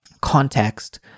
context